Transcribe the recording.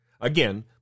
Again